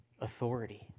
authority